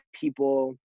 people